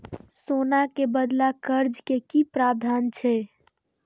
सोना के बदला कर्ज के कि प्रावधान छै?